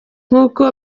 nkuko